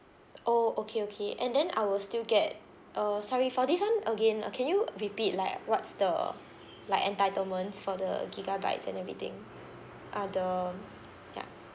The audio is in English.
oh okay okay and then I will still get uh sorry for this [one] again uh can you repeat like what's the like entitlements for the gigabytes and everything ah the um ya